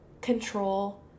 control